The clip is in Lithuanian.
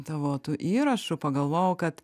tavo tų įrašų pagalvojau kad